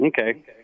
Okay